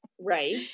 Right